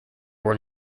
were